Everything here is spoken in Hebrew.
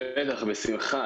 בשמחה.